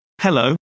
Hello